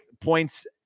points